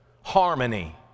Harmony